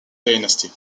dynasty